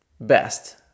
best